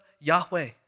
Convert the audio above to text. Yahweh